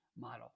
model